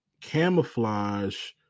camouflage